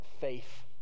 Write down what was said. faith